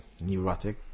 neurotic